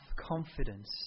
confidence